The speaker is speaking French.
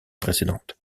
précédente